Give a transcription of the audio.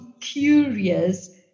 curious